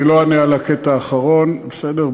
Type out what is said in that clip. אני לא אענה על הקטע האחרון, בסדר?